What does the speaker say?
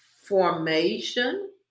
formation